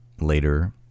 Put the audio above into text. later